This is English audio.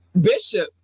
Bishop